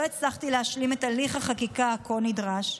ולא הצלחתי להשלים את הליך החקיקה הכה-נדרש.